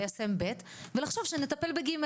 ליישם את ב' ולחשוב שנטפל ב-ג',